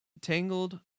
Tangled